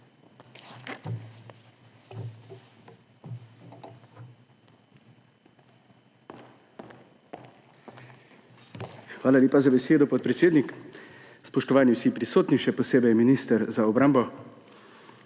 Hvala lepa za besedo, podpredsednik. Spoštovani vsi prisotni, še posebej minister za obrambo!